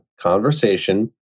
conversation